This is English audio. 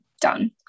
done